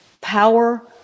power